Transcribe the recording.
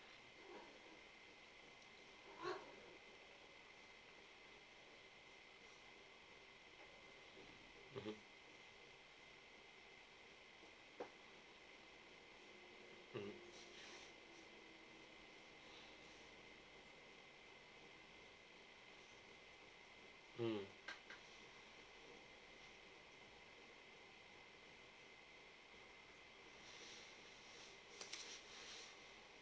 mmhmm mm mm